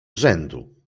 rzędu